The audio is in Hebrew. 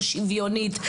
לא שוויונית,